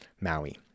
Maui